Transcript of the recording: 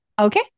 okay